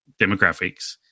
demographics –